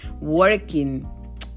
working